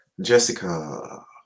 Jessica